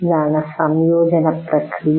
ഇതാണ് സംയോജന പ്രക്രിയ